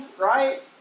right